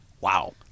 wow